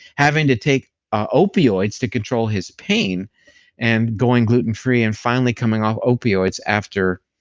having to take ah opioids to control his pain and going gluten free and finally coming off opioids after